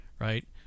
right